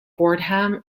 fordham